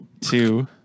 two